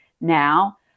now